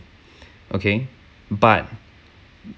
okay but